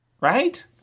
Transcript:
right